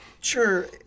Sure